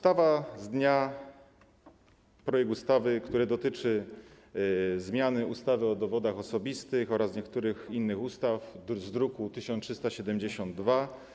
To projekt ustawy, który dotyczy zmiany ustawy o dowodach osobistych oraz niektórych innych ustaw, druk nr 1372.